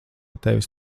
tevis